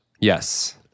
Yes